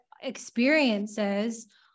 experiences